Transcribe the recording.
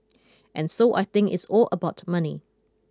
and so I think it's all about money